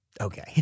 Okay